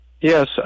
Yes